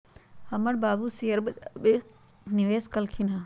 हमर बाबू शेयर बजार में निवेश कलखिन्ह ह